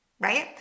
right